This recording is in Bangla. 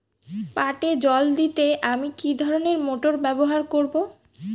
পাটে জল দিতে আমি কি ধরনের মোটর ব্যবহার করব?